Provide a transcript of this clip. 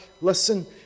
listen